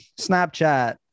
Snapchat